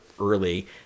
early